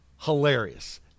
Hilarious